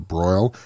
Broil